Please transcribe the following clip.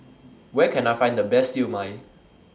Where Can I Find The Best Siew Mai